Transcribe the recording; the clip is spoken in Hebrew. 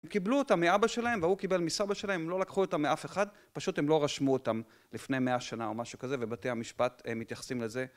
הם קיבלו אותה מאבא שלהם, והוא קיבל מסבא שלהם, הם לא לקחו אותה מאף אחד, פשוט הם לא רשמו אותם לפני מאה שנה או משהו כזה, ובתי המשפט מתייחסים לזה.